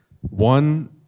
One